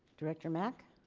director mack